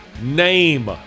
name